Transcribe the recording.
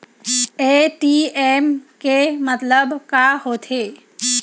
ATM के मतलब का होथे?